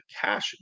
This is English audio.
cash